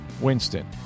Winston